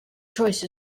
choice